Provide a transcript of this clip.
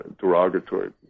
derogatory